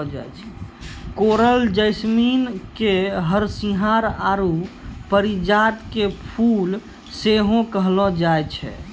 coral jasmine के हरसिंहार आरु परिजात के फुल सेहो कहलो जाय छै